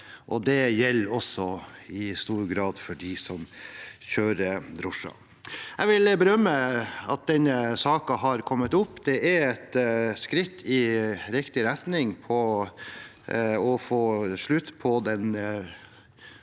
og det gjelder også i stor grad for dem som kjører drosje. Jeg vil berømme at denne saken har kommet opp. Det er et skritt i riktig retning for å få slutt på den sosiale